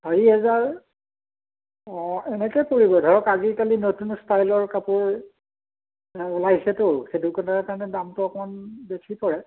চাৰি হাজাৰ অ' এনেকেই পৰিব ধৰক আজিকালি নতুন ষ্টাইলৰ কাপোৰ ওলাইছেটো সেইটোকাৰণে দামটো অকণমান বেছি পৰে